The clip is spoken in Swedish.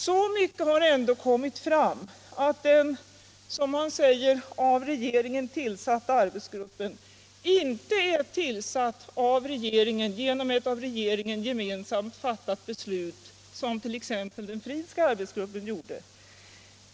Så mycket har ändå kommit fram att den, som man säger, av regeringen tillsatta arbetsgruppen inte är tillsatt genom ett av regeringen gemensamt fattat beslut, som t.ex. den Fridhska arbetsgruppen var.